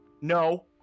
No